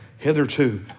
Hitherto